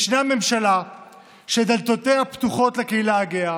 יש ממשלה שדלתותיה פתוחות לקהילה הגאה,